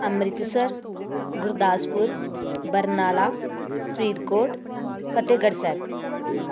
Amritsar Gurdaspur Barnala Faridkot Fatehgarh Sahib